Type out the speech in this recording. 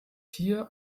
hier